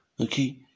Okay